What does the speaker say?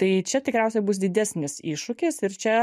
tai čia tikriausiai bus didesnis iššūkis ir čia